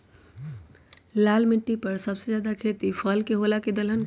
लाल मिट्टी पर सबसे ज्यादा खेती फल के होला की दलहन के?